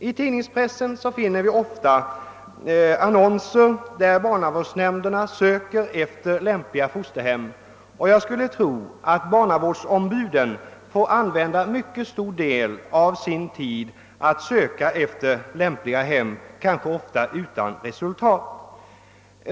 I tidningspressen förekommer ofta annonser, där barnavårdsnämnderna söker lämpliga foster del av sin tid till att söka efter lämp liga hem, kanske ofta utan resultat.